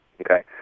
Okay